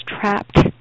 trapped